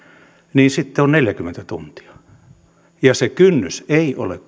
niin on neljäkymmentä tuntia se kynnys ei ole